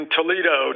Toledo